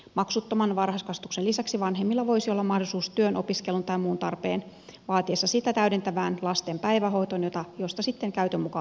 maksuttoman varhaiskasvatuksen lisäksi vanhemmilla voisi olla mahdollisuus työn opiskelun tai muun tarpeen vaatiessa sitä täydentävään lasten päivähoitoon josta sitten käytön mukaan laskutettaisiin